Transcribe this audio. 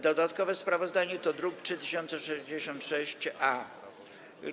Dodatkowe sprawozdanie to druk nr 3066-A.